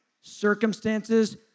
circumstances